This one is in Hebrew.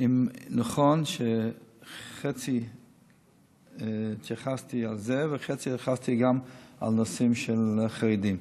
אם נכון שחצי התייחסתי לזה וחצי התייחסתי גם לנושאים של חרדים.